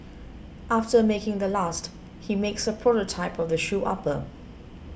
after making the last he makes a prototype of the shoe upper